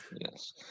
Yes